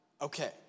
okay